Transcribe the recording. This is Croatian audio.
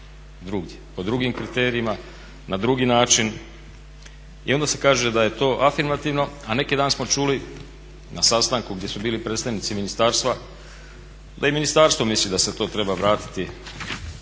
drugdje po drugim kriterijima, na drugi način i onda se kaže da je to afirmativno a neki dan smo čuli na sastanku gdje su bili predstavnici ministarstva da i ministarstvo misli da se to treba vratiti